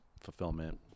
fulfillment